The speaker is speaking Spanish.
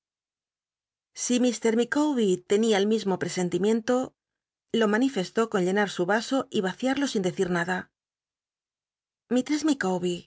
si mr i'llicawbc r tenia el mismo presentimiento lo manifestó con llenar su yaso y raciarlo sin decir nada